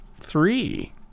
three